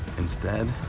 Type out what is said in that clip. instead,